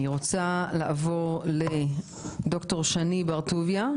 אני רוצה לעבור לדוקטור שני בר טוביה,